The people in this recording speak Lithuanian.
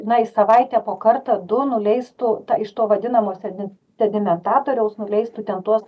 na į savaitę po kartą du nuleistų iš to vadinamos erdv tedimentatoriaus nuleistų ten tuos